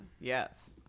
Yes